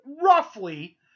roughly